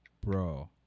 bro